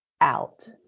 out